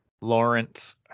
Lawrence